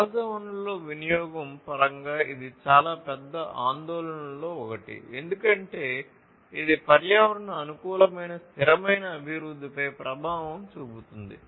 సహజ వనరుల వినియోగం పరంగా ఇది చాలా పెద్ద ఆందోళనలలో ఒకటి ఎందుకంటే ఇది పర్యావరణ అనుకూలమైన స్థిరమైన అభివృద్ధిపై ప్రభావం చూపుతుంది